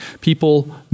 people